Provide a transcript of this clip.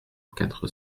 quatre